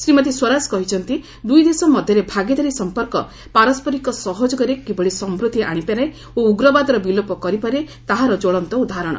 ଶ୍ରୀମତୀ ସ୍ୱରାଜ କହିଛନ୍ତି ଦୁଇ ଦେଶ ମଧ୍ୟରେ ଭାଗିଦାରୀ ସମ୍ପର୍କ' ପାରସ୍କରିକ ସହଯୋଗରେ କିଭଳି ସମୃଦ୍ଧି ଆଣିପାରେ ଓ ଉଗ୍ରବାଦର ବିଲୋପ କରିପାରେ ତାହାର ଜ୍ୱଳନ୍ତ ଉଦାହରଣ